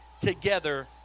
together